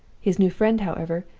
his new friend, however,